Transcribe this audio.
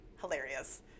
hilarious